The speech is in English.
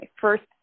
first